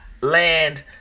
land